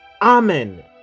Amen